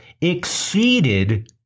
exceeded